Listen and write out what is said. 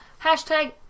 Hashtag